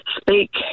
speak